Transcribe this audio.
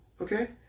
Okay